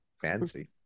Fancy